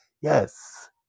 Yes